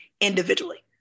individually